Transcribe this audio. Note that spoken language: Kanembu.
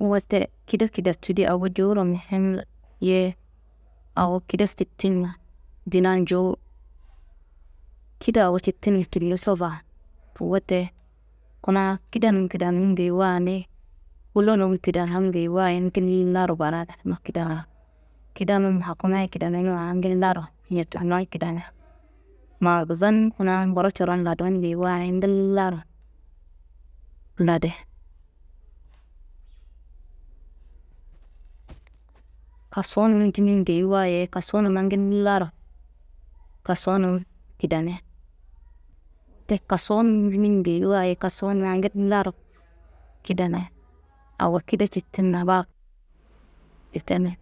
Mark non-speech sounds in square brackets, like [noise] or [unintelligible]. Wote kida kidetu di awo jowuro muhimi ye awo kida sittinna dinan jowu, kida awo cittinna tulloso baa. Wote kuna kidenun kidenun geyiwa, ni kulonum kidenun geyiwa ngillaro barenena kidana. Kidenum hakumaye kidenimiwa awo ngillaro ñetullon kidene. Mazanum kuna nguro coron ladun geyiwa ye ngillaro lade, kasunun dimin geyiwa ye kasunumma ngillaro kasunum kidene, ca kasunum dimin geyiwa ye kasunumma ngillaro kidene awo kida cittinna baa. [unintelligible]